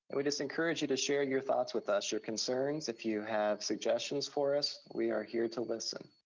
we just encourage you to share your thoughts with us, your concerns, if you have suggestions for us. we are here to listen.